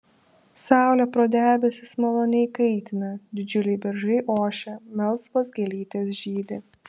saulė pro debesis maloniai kaitina didžiuliai beržai ošia melsvos gėlytės žydi